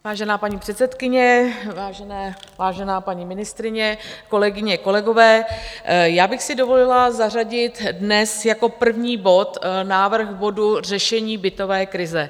Vážená paní předsedkyně, vážená paní ministryně, kolegyně, kolegové, já bych si dovolila zařadit dnes jako první bod návrh bodu Řešení bytové krize.